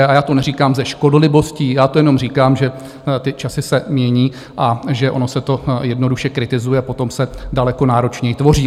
A já to neříkám se škodolibostí, já to jenom říkám, že ty časy se mění a že ono se to jednoduše kritizuje a potom se daleko náročněji tvoří.